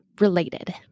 related